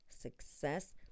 success